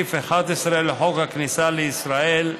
בסעיף 11 לחוק הכניסה לישראל,